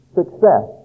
success